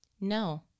No